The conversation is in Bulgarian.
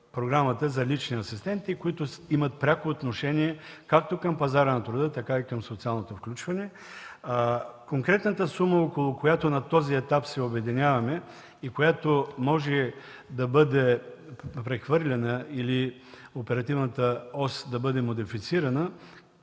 за лични асистенти, които имат пряко отношение както към пазара на труда, така и към социалното включване. Конкретната сума, около която на този етап се обединяваме и която може да бъде прехвърлена, или оперативната ос да бъде модифицирана